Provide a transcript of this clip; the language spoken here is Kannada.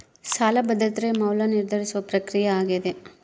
ಸಾಲ ಭದ್ರತೆಯ ಮೌಲ್ಯ ನಿರ್ಧರಿಸುವ ಪ್ರಕ್ರಿಯೆ ಆಗ್ಯಾದ